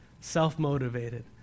Self-motivated